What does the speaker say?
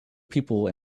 people